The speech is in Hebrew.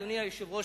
אדוני היושב-ראש,